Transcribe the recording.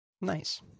nice